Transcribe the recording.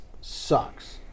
sucks